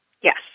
Yes